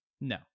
No